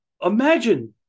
Imagine